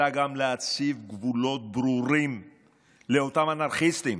אלא גם להציב גבולות ברורים לאותם אנרכיסטים